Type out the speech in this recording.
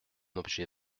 objet